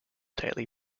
tightly